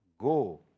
go